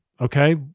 okay